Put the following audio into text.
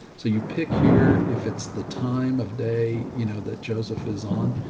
so you pick here, if it's the time of day, you know, that joseph is on,